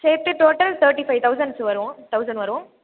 சேர்த்து டோட்டல் தேட்டி five thousands வரும் தௌசண்ட் வரும்